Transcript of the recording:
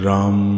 Ram